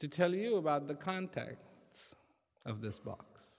to tell you about the context of this box